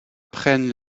prennent